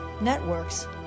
networks